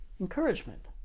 encouragement